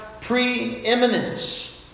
preeminence